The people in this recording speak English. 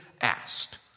asked